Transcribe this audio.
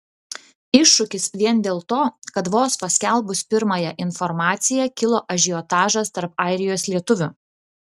iššūkis vien dėl to kad vos paskelbus pirmąją informaciją kilo ažiotažas tarp airijos lietuvių